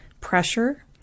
pressure